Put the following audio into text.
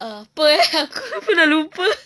uh apa eh aku pun sudah lupa